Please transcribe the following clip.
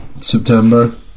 September